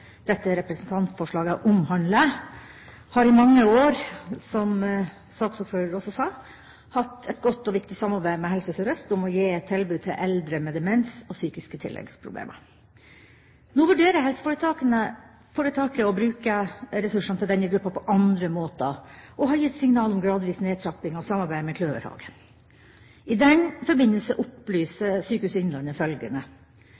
dette representantforslaget omhandler, har i mange år, som saksordføreren også sa, hatt et godt og viktig samarbeid med Helse Sør-Øst om å gi et tilbud til eldre med demens og psykiske tilleggsproblemer. Nå vurderer helseforetaket å bruke ressursene til denne gruppa på andre måter, og har gitt signal om gradvis nedtrapping av samarbeidet med Kløverhagen. I den forbindelse